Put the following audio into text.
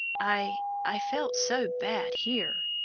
i i felt so bad here,